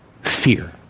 fear